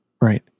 Right